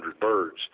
birds